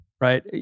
right